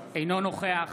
אינו נוכח